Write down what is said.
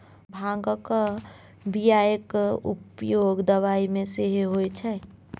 भांगक बियाक उपयोग दबाई मे सेहो होए छै